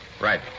Right